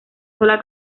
sola